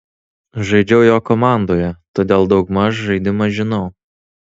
žaidžiau jo komandoje todėl daug maž žaidimą žinau